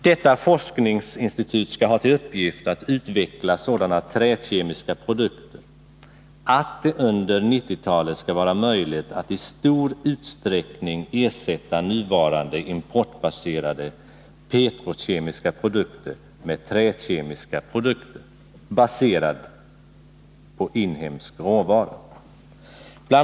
Detta forskningsinstitut skall ha till uppgift att utveckla sådana träkemiska produkter att det under 1990-talet skall vara möjligt att i stor utsträckning ersätta nuvarande importbaserade petrokemiska produkter med träkemiska produkter, baserade på inhemsk råvara. Bl.